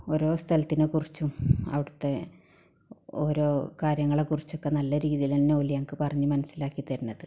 ഓരോ സ്ഥലത്തിനെ കുറിച്ചും അവിടുത്തെ ഓരോ കാര്യങ്ങളെ കുറിച്ചുമൊക്കെ നല്ല രീതിയിൽ തന്നെ ഓല് ഞങ്ങൾക്ക് പറഞ്ഞ് മനസ്സിലാക്കി തരണത്